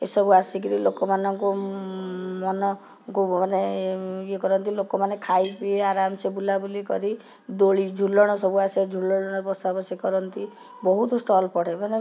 ଏସବୁ ଆସିକିରି ଲୋକମାନଙ୍କୁ ମନ କୁ ମାନେ ଇଏ କରନ୍ତି ଲୋକମାନେ ଖାଇପିଇ ଆରମସେ ବୁଲାବୁଲି କରି ଦୋଳି ଝୁଲଣ ସବୁ ଆସେ ଝୁଲଣରେ ବସା ବସି କରନ୍ତି ବହୁତ ଷ୍ଟଲ ପଡ଼େ ମାନେ